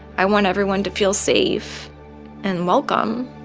i want everyone to feel safe and welcome.